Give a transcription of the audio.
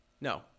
No